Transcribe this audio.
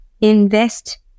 invest